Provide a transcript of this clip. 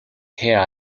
here